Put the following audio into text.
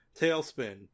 tailspin